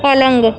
پلنگ